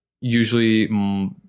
usually